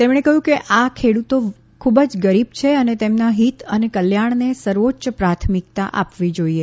તેમણે કહ્યું કે આ ખેડૂતો ખૂબ જ ગરીબ છે અને તેમના હિત અને કલ્યાણને સર્વોચ્ય પ્રાથમિકતા આપવી જોઈએ